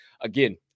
Again